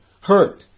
hurt